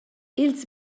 ils